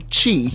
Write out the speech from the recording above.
Chi